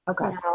Okay